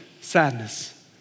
sadness